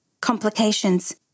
complications